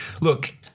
look